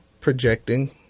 projecting